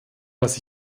was